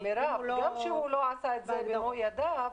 מרב, גם אם הוא לא עשה את זה במו ידיו,